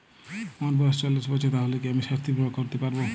আমার বয়স চল্লিশ বছর তাহলে কি আমি সাস্থ্য বীমা করতে পারবো?